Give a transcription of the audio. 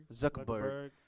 Zuckerberg